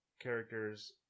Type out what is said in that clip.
characters